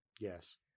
Yes